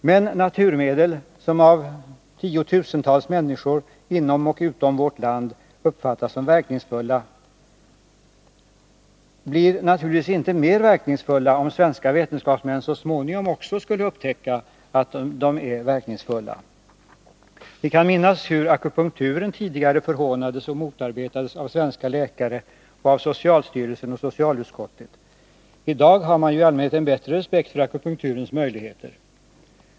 Men naturmedel som av tiotusentals människor inom och utom vårt land uppfattas som verkningsfulla blir naturligtvis inte mer verkningsfulla, om svenska vetenskapsmän så småningom också skulle upptäcka att de är verkningsfulla. Vi kan minnas hur akupunkturen tidigare förhånades och motarbetades av svenska läkare och av socialstyrelsen och socialutskottet. I dag har man i allmänhet en bättre respekt för akupunkturens möjligheter.